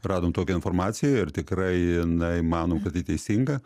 radom tokią informaciją ir tikrai na manom kad tai teisinga